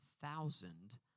thousand